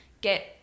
get